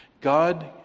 God